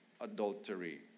adultery